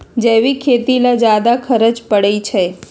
जैविक खेती ला ज्यादा खर्च पड़छई?